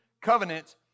covenant